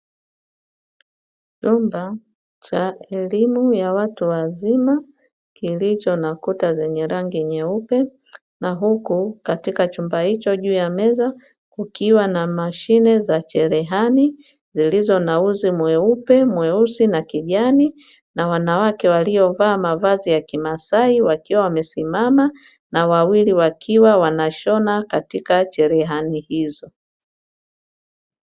Chumba cha elimu ya watu wazima, kilicho na kuta zenye rangi nyeupe, na huku katika chumba hicho juu ya meza kukiwa na mashine za cherehani zilizo na uzi mweupe, mweusi na kijani, na wanawake waliovaa mavazi ya kimasai wakiwa wamesimama na wawili wakiwa wanashona katika cherehani hizo.